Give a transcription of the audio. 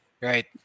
Right